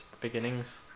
beginnings